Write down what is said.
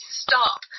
stop